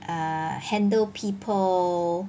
err handle people